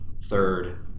third